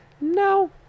No